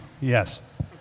Yes